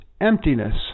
emptiness